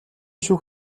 шүүх